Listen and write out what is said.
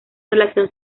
relación